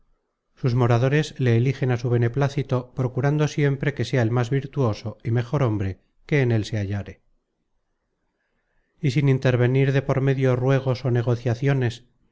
sus moradores le eligen á su beneplácito procurando siempre que sea el más virtuoso y mejor hombre que en él se halláre y sin intervenir de por medio ruegos ó negociaciones